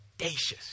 audacious